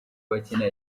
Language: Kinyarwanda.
bakina